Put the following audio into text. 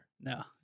No